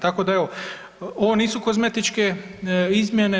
Tako da evo, ovo nisu kozmetičke izmjene.